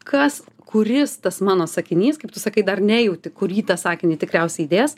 kas kuris tas mano sakinys kaip tu sakai dar nejauti kurį tą sakinį tikriausiai įdės